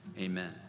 Amen